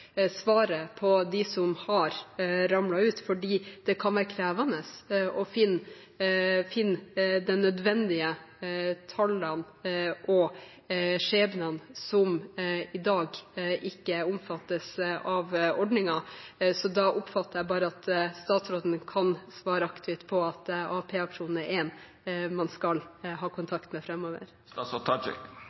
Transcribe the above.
svaret på hvorfor noen har ramlet ut, fordi det kan være krevende å finne de nødvendige tallene og de skjebnene som i dag ikke omfattes av ordningen. Så da oppfatter jeg bare at statsråden kan svare aktivt på at AAP-aksjonen er en aktør man skal ha kontakt med